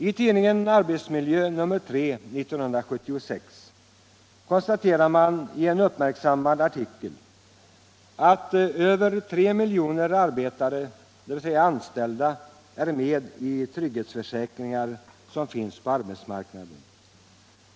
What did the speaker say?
I tidningen Arbetsmiljö nr 3 1976 konstaterar man i en uppmärksammad artikel att över 3 miljoner arbetare — dvs. anställda — är med i de trygghetsförsäkringar som finns på arbetsmarknaden.